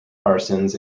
parsons